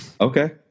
Okay